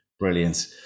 Brilliant